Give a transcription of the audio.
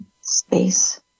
space